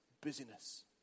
busyness